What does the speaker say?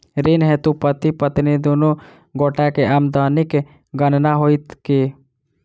ऋण हेतु पति पत्नी दुनू गोटा केँ आमदनीक गणना होइत की?